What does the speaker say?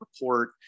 report